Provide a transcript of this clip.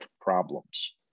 problems